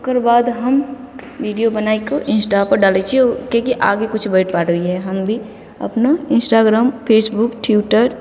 ओकर बाद हम वीडिओ बनाइके इन्स्टापर डालै छिए किएकि आगे किछु बढ़ि पाबै रहिए हम भी अपना इन्स्टाग्राम फेसबुक ट्विटर